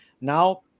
Now